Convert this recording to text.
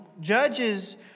Judges